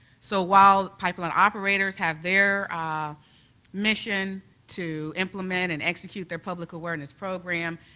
so while pipeline operators have their mission to implement and execute their public awareness program,